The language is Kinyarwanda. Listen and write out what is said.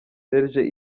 serge